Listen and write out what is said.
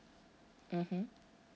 mmhmm